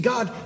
God